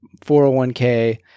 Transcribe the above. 401k